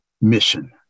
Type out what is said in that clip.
mission